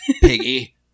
piggy